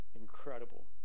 incredible